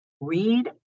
read